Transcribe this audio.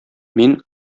мин